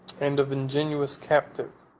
and of ingenuous captives,